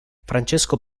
francesco